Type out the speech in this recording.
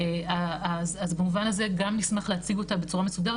אז במובן הזה גם נשמח להציג אותה בצורה מסודר.